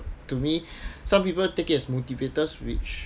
to me some people take it as motivators which